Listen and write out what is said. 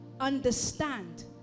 understand